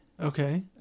Okay